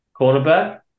cornerback